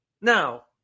Now